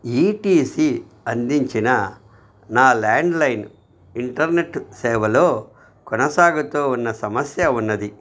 ఈ T C అందించిన నా ల్యాండ్లైన్ ఇంటర్నెట్ సేవలో కొనసాగుతూ ఉన్న సమస్య ఉన్నది